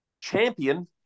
champion